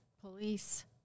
police